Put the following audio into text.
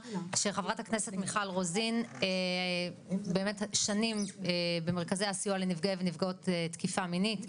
חברת הכנסת מיכל רוזין שנים במרכזי הסיוע לנפגעי ונפגעות תקיפה מינית.